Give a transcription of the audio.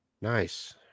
nice